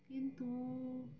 কিন্তু